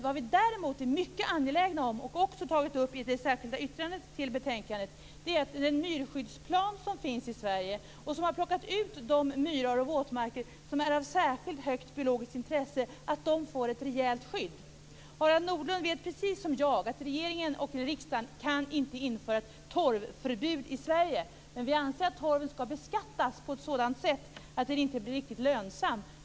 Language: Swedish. Vad vi däremot är mycket angelägna om, och vad vi också har tagit upp i det särskilda yttrandet till betänkandet, är den myrskyddsplan som finns i Sverige. Man har plockat ut de myrar och våtmarker som är av särskilt stort biologiskt intresse, så att de får ett rejält skydd. Harald Nordlund vet precis som jag att regeringen och riksdagen inte kan införa ett torvförbud i Sverige, men vi anser att torven skall beskattas på ett sådant sätt att den inte bli riktigt lönsam.